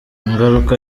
ingaruka